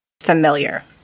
familiar